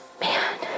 Man